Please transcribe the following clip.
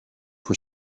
were